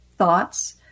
thoughts